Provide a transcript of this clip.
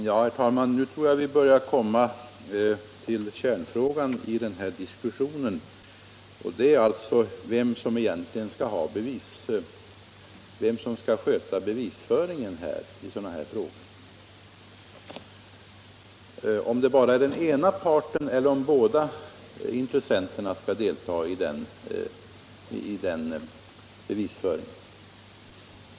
Herr talman! Nu tror jag att vi börjar komma till kärnfrågan i den här diskussionen, nämligen vem som egentligen skall sköta bevisföringen i sådana här fall — om det bara är den ena parten eller om båda intressenterna skall delta i den bevisföringen.